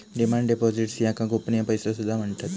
demand deposits याका गोपनीय पैसो सुद्धा म्हणतत